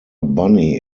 bunny